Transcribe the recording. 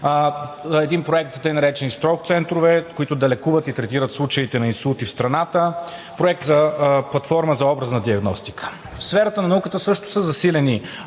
един проект тъй наречените Stroke центрове, които да лекуват и третират случаите на инсулти в страната, платформа за образна диагностика. В сферата на науката също са засилени